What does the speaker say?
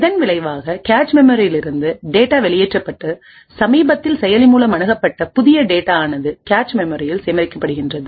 இதன் விளைவாககேச் மெமரியில் இருந்து டேட்டா வெளியேற்றப்பட்டு சமீபத்தில் செயலி மூலம் அணுகப்பட்ட புதிய டேட்டா ஆனது கேச் மெமரியில் சேமிக்கப்படுகிறது